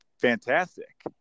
fantastic